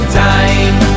time